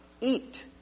eat